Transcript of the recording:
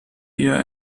eher